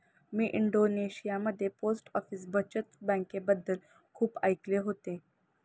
मी इंडोनेशियामध्ये post office बचत बँकेबद्दल खूप ऐकले होते